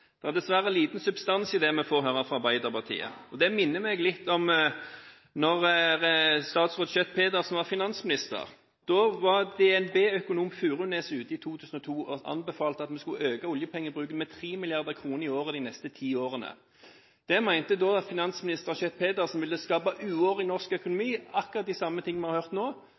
Det er dessverre liten substans i det vi får her fra Arbeiderpartiet. Det minner meg litt om da statsråd Schjøtt-Pedersen var finansminister. Da anbefalte DnB-økonom Furunes i 2002 at vi skulle øke oljepengebruken med 3 mrd. kr i året de neste ti årene. Det mente finansminister Schjøtt-Pedersen ville skape uår i norsk økonomi – akkurat det samme som vi har hørt nå.